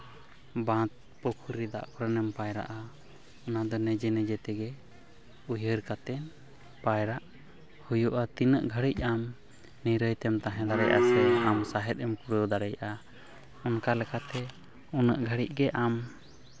ᱵᱟᱸᱫᱽ ᱯᱩᱠᱷᱨᱤ ᱫᱟᱜ ᱠᱚᱨᱮᱜ ᱮᱢ ᱯᱟᱭᱨᱟᱜᱼᱟ ᱚᱱᱟᱫᱚ ᱱᱤᱡᱮ ᱱᱤᱡᱮ ᱛᱮᱜᱮ ᱩᱭᱦᱟᱹᱨ ᱠᱟᱛᱮᱫ ᱯᱟᱭᱨᱟᱜ ᱦᱩᱭᱩᱜᱼᱟ ᱟᱢ ᱛᱤᱱᱟᱹᱜ ᱜᱷᱟᱹᱲᱤᱡ ᱟᱢ ᱱᱤᱨᱟᱹᱭ ᱛᱮᱢ ᱛᱟᱦᱮᱸ ᱫᱟᱲᱮᱭᱟᱜᱼᱟ ᱥᱮ ᱟᱢ ᱥᱟᱦᱮᱸᱫ ᱮᱢ ᱠᱩᱲᱟᱹᱣ ᱫᱟᱲᱮᱭᱟᱜᱼᱟ ᱚᱱᱠᱟ ᱞᱮᱠᱟᱛᱮ ᱩᱱᱟᱹᱜ ᱜᱷᱟᱹᱲᱤᱡ ᱜᱮ ᱟᱢ